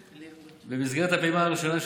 במסגרת הפעימה הראשונה,